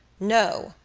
no,